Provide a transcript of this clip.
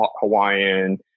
Hawaiian